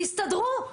תסתדרו,